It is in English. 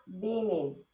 beaming